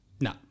No